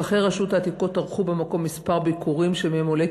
פקחי רשות העתיקות ערכו במקום כמה ביקורים שמהם עולה